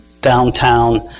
downtown